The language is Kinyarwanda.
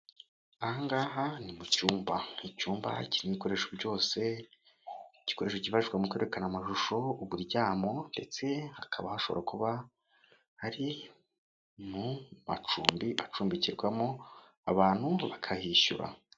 Ahangaha ni mu cyumba. icyumba kirimo ibikoreshwa byose igikoresho gikoreshwa mu kwerekana amashusho, uburyamo ndetse hakaba hashobora kuba hari mu macumbi acumbikirwamo abantu bakahishyura.